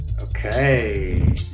Okay